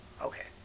Okay